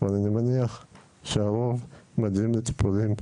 אבל אני מניח שהרוב מגיעים לטיפולים,